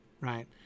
right